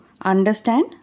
Understand